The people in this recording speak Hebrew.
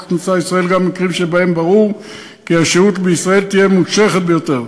הכניסה לישראל גם במקרים שבהם ברור כי השהות בישראל תהיה ממושכת ביותר,